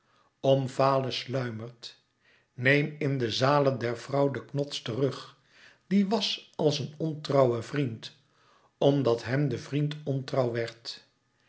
omfale sluimert neem in de zale der vrouw den knots terug die was als een ontrouwe vriend omdat hem de vriend ontrouw werd